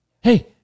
hey